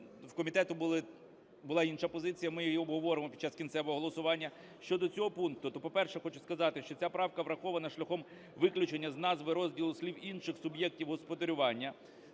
в комітеті була інша позиція, ми її обговоримо під час кінцевого голосування. Щодо цього пункту, то, по-перше, хочу сказати, що ця правка врахована шляхом виключення з назви розділу слів "інших суб'єктів господарювання".